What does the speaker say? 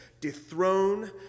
Dethrone